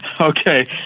Okay